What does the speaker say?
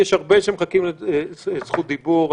אני כבר מההתחלה מחכה לזכות דיבור.